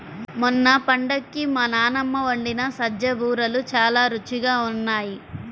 మొన్న పండక్కి మా నాన్నమ్మ వండిన సజ్జ బూరెలు చాలా రుచిగా ఉన్నాయి